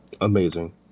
amazing